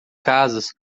casas